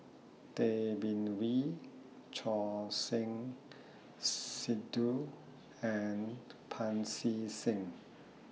Tay Bin Wee Choor Singh Sidhu and Pancy Seng